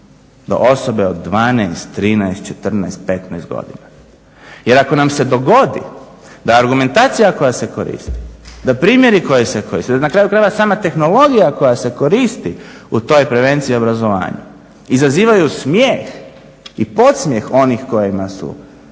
do osobe od 12, 13, 14, 15 godina. Jer ako nam se dogodi da argumentacija koja se koristi, da primjeri koji se koriste, da na kraju krajeva sama tehnologija koja se koristi u toj prevenciji i obrazovanju izazivaju smijeh i podsmijeh onih kojima su,